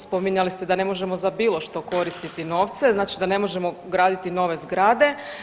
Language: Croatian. Spominjali ste da ne možemo za bilo što koristiti novce, znači da ne možemo graditi nove zgrade.